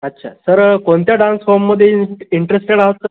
अच्छा सर कोणत्या डान्स फॉर्ममध्ये इंट इंटरेस्टेड आहात सर